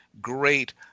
great